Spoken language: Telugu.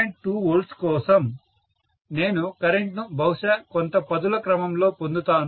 2 V కోసం కూడా నేను కరెంట్ ను బహుశా కొంత పదుల క్రమంలో పొందుతాను